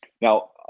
Now